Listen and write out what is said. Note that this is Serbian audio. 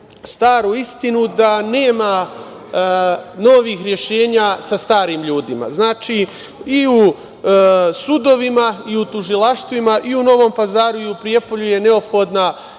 staru istinu, da nema novih rešenja sa starim ljudima. Znači, i u sudovima, i u tužilaštvima, i u Novom Pazaru i u Prijepolju je neophodna